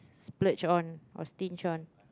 splash on or sting on